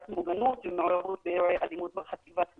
מוגנות ומעורבות באירועי אלימות בחטיבת ביניים.